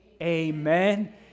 amen